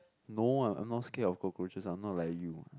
no ah I'm not scared of cockroaches I'm not like you